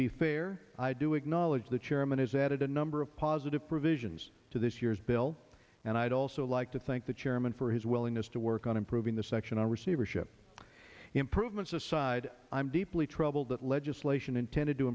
be fair i do acknowledge the chairman has added a number of positive provisions to this year's bill and i'd also like to thank the chairman for his willingness to work on improving the section on receivership improvements aside i'm deeply troubled that legislation intended to